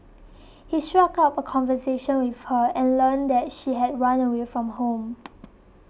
he struck up a conversation with her and learned that she had run away from home